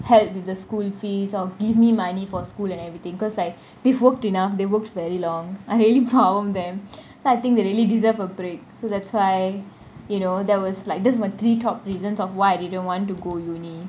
help with the school fees or give me money for school and everything because like they've worked enough they've worked very long I really pound them so I think they really deserve a break so that's why you know that was like this were my three top reasons of why I didn't want to go uni~